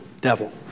devil